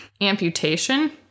amputation